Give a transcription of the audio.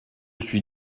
suis